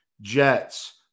jets